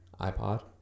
iPod